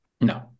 no